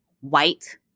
white